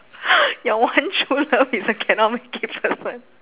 your one true love is a cannot make it person